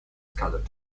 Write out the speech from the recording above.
scattered